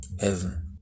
heaven